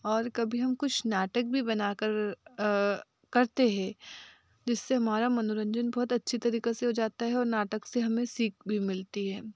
और कभी हम कुछ नाटक भी बना कर करते हैं जिससे हमारा मनोरंजन बहुत अच्छे तरीके से हो जाता है और नाटक से हमे सीख भी मिलती है